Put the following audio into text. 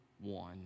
one